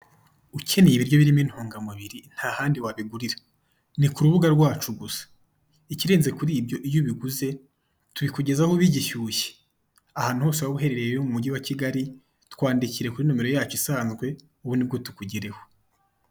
Ukeneye ibiryo birimo intungamubiri nta handi wabigurira, ni ku rubuga rwacu gusa. Ikirenze kuri ibyo, iyo ubiguze tubikugezaho bigishyushye. Ahantu hose rero waba uherereye mu Mujyi wa Kigali, twandikire kuri nimero yacu isanzwe, ubundi tukugereho.